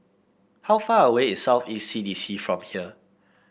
how far away is South East C D C from here